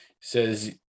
Says